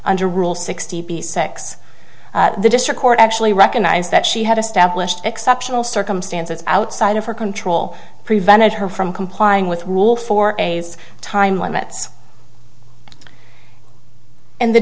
under rule sixty six the district court actually recognized that she had established exceptional circumstances outside of her control prevented her from complying with rule for a time limits and the